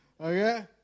Okay